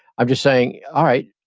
i'm just saying, alright,